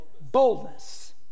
boldness